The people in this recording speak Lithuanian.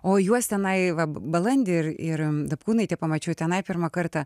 o juos tenai va balandį ir ir dapkūnaitę pamačiau tenai pirmą kartą